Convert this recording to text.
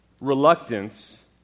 reluctance